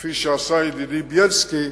כפי שעשה ידידי בילסקי,